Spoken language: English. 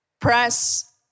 press